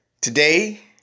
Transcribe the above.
today